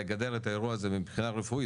לגדר את האירוע הזה מבחינה רפואית,